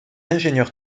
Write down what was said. ingénieur